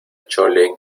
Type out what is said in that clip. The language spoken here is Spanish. chole